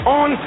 on